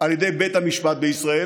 על ידי בית המשפט בישראל.